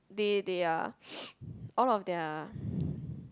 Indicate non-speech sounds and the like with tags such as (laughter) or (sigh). they they are (noise) all of their